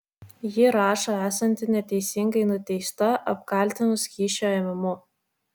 ji rašo esanti neteisingai nuteista apkaltinus kyšio ėmimu